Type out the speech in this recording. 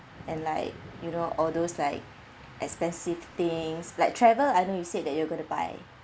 and like you know all those like expensive things like travel I know you said that you are going to buy